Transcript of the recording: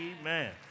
Amen